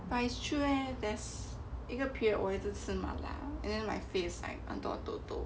but it's true eh there's 一个 period 我一直吃麻辣 then my face like 很多痘痘